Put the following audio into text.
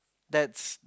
that's the